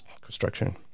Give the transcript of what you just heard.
construction